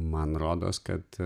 man rodos kad